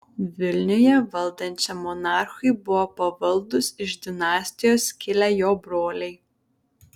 vilniuje valdančiam monarchui buvo pavaldūs iš dinastijos kilę jo broliai